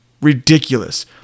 ridiculous